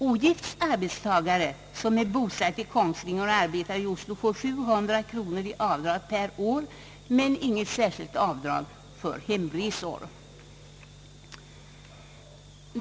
Ogift arbetstagare som är bosatt i Kongsvinger och arbetar i Oslo får 700 kronor i avdrag per år, men inget särskilt avdrag för hemresor.